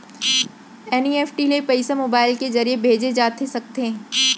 NEFT ले पइसा mobile के ज़रिए भेजे जाथे सकथे?